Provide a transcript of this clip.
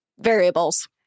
variables